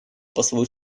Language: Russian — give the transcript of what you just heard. послу